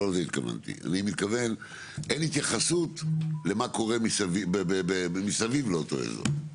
אני אומר אין התייחסות למה קורה מסביב לאותו אזור,